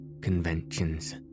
conventions